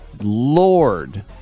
Lord